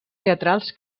teatrals